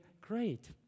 great